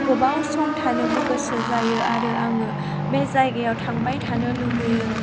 गोबाव सम थानोबो गोसो जायो आरो आङो बे जायगायाव थांबाय थानो लुगैयो